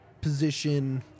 position